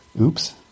Oops